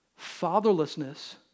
fatherlessness